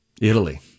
Italy